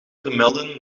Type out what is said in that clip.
vermelden